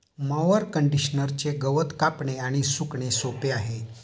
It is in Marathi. मॉवर कंडिशनरचे गवत कापणे आणि सुकणे सोपे आहे